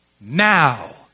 now